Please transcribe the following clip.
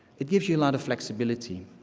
it gives you a lot of flexibility.